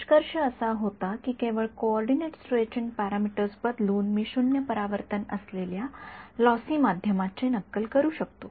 निष्कर्ष असा होता की केवळ कोऑर्डिनेट स्ट्रेचिंग पॅरामीटर्स बदलून मी शून्य परावर्तन असलेल्या लॉसी माध्यमाची नक्कल करू शकतो